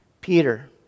Peter